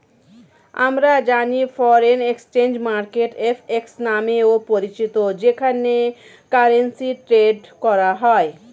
আমরা জানি foreign exchange market FX নামেও পরিচিত যেখানে কারেন্সি ট্রেড করা হয়